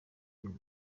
k’uyu